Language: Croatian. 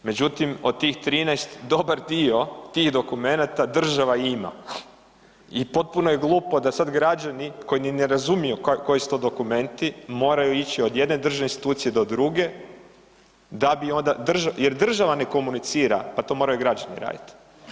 Međutim, od tih 13 dobar dio tih dokumenata država ima i potpuno je glupo da sada građani koji ni ne razumiju koji su to dokumenti moraju ići od jedne državne institucije do druge da bi onda država jer država ne komunicira pa to moraju građani raditi.